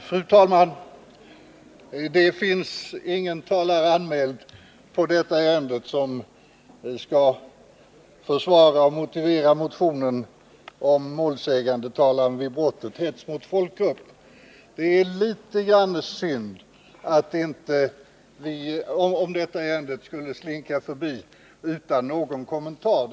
Fru talman! Det finns ingen talare anmäld på detta ärende, som skall försvara och motivera motionen om målsägandetalan vid brottet hets mot folkgrupp. Det är litet grand synd, om detta ärende skulle slinka förbi utan någon kommentar.